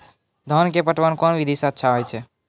धान के पटवन कोन विधि सै अच्छा होय छै?